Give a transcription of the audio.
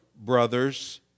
brothers